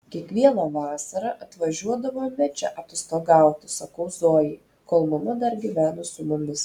kiekvieną vasarą atvažiuodavome čia atostogauti sakau zojai kol mama dar gyveno su mumis